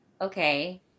okay